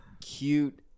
cute